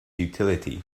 utility